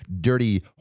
dirty